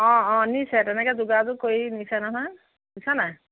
অঁ অঁ নিছে তেনেকৈ যোগাযোগ কৰি নিছে নহয় বুজিছা নাই